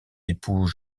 époux